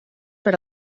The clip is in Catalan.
per